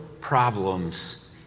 problems